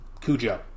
Cujo